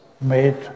made